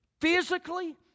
physically